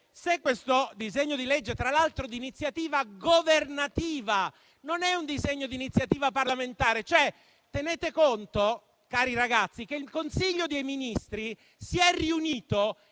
Questo disegno di legge è tra l'altro di iniziativa governativa, non è un disegno di iniziativa parlamentare. Tenete conto, cari ragazzi, che il Consiglio dei ministri si è riunito